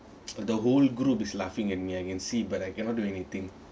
but the whole group is laughing at me I can see but I cannot do anything